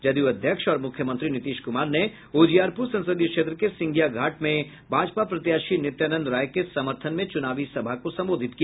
जदयू अध्यक्ष और मुख्यमंत्री नीतीश कुमार ने उजियारपुर संसदीय क्षेत्र के सिंघिया घाट में भाजपा प्रत्याशी नित्यानंद राय के समर्थन में चुनाव सभा को संबोधित किया